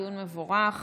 דיון מבורך,